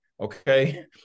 Okay